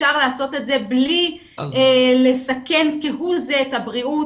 אפשר לעשות את זה בלי לסכן כהוא זה את הבריאות,